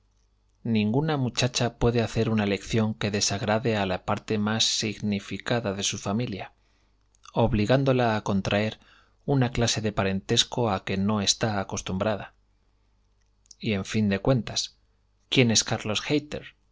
ninguna muchacha puede hacer una elección que desagrade a la parte más significada de su familia obligándola a contraer una clase de parentesco a que no está acostumbrada y en fin de cuentas quién es